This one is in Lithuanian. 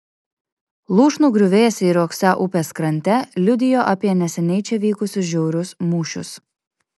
lūšnų griuvėsiai riogsą upės krante liudijo apie neseniai čia vykusius žiaurius mūšius